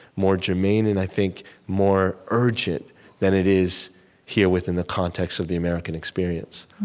more germaine and i think more urgent than it is here within the context of the american experience